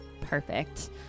Perfect